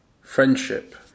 friendship